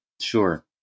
Sure